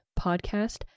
Podcast